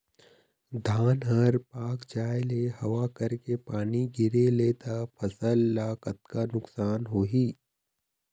धान हर पाक जाय ले हवा करके पानी गिरे ले त फसल ला कतका नुकसान होही?